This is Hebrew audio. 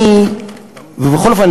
ובכל אופן,